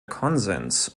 konsens